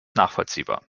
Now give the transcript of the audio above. nachvollziehbar